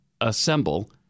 assemble